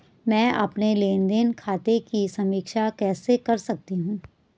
मैं अपने लेन देन खाते की समीक्षा कैसे कर सकती हूं?